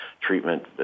treatment